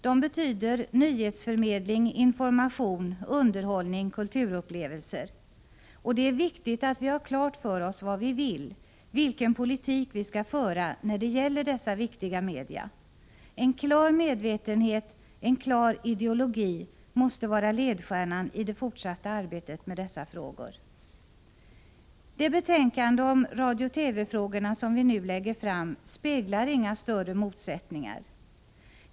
De betyder nyhetsförmedling, information, underhållning, kulturupplevelser. Och det är viktigt att vi har klart för oss vad vi vill, vilken politik vi skall föra när det gäller dessa viktiga media. En klar medvetenhet, en klar ideologi måste vara ledstjärnan i det fortsatta arbetet med dessa frågor. Det betänkande om radiooch TV-frågorna som vi nu lägger fram speglar inga större motsättningar.